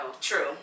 True